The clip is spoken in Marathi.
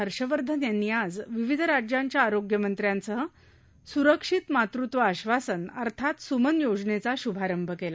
हर्षवर्धन यांनी आज विविध राज्यांच्या आरोग्य मंत्र्यांसह सुरक्षित मातृत्व आधासन अर्थात सुमन योजनेचा शुभारंभ केला